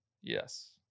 yes